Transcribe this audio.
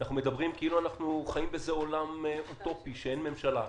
אנחנו מדברים כאילו אנחנו חיים בעולם אוטופי שאין ממשלה.